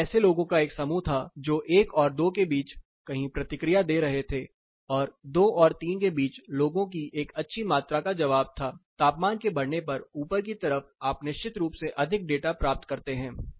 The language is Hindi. फिर ऐसे लोगों का एक समूह था जो एक और दो के बीच कहीं प्रतिक्रिया दे रहे थे और 2 और 3 के बीच लोगों की एक अच्छी मात्रा का जवाब था तापमान के बढ़ने पर ऊपर की तरफ आप निश्चित रूप से अधिक डेटा प्राप्त करते हैं